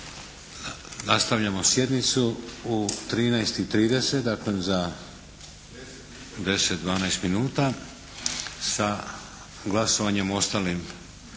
Nastavljamo sjednicu u 13,30 sati, dakle za 10 minuta sa glasovanjem o ostalim